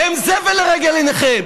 הם זבל לנגד עיניכם.